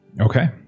Okay